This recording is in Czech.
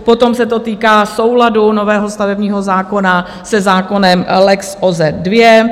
Potom se to týká souladu nového stavebního zákona se zákonem lex OZE 2.